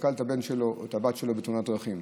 ששכל את הבן שלו או הבת שלו בתאונת דרכים,